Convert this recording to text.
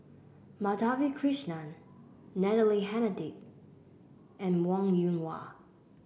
Madhavi Krishnan Natalie Hennedige and Wong Yoon Wah